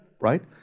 right